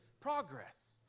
progress